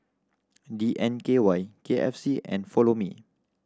D N K Y K F C and Follow Me